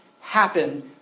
happen